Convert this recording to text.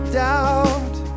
doubt